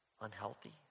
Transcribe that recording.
unhealthy